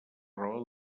raó